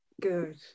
Good